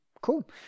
Cool